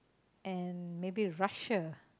and maybe Russia